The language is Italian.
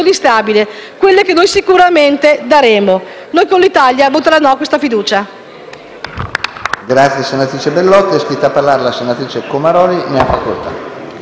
stabili, quelle che noi sicuramente daremo. Noi con l'Italia voterà no a questa fiducia.